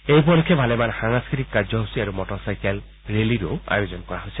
এই উপলক্ষে ভালেমান সাংস্কৃতিক কাৰ্যসূচী আৰু মটৰ চাইকেল ৰেলীৰো আয়োজন কৰা হৈছে